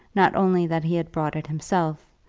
not only that he had brought it himself,